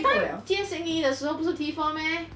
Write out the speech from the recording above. that time 接 xin yi 的时候不是 T four meh